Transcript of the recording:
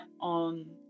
on